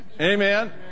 Amen